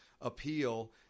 appeal